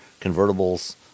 convertibles